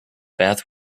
bath